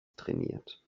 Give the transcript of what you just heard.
trainiert